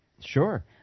Sure